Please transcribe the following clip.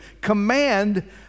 command